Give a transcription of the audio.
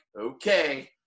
okay